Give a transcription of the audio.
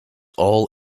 all